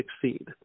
succeed